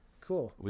Cool